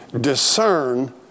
discern